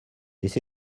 this